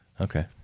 Okay